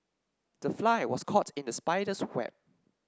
the fly was caught in the spider's web